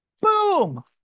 Boom